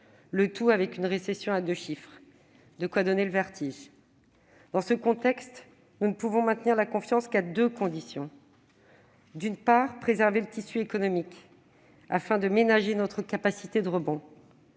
connaissons une récession à deux chiffres : cela a de quoi donner le vertige. Dans ce contexte, nous ne pouvons maintenir la confiance qu'à deux conditions : d'une part, en préservant le tissu économique afin de ménager notre capacité de rebond